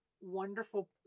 wonderful